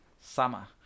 Sama